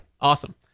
Awesome